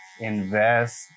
Invest